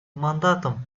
мандатом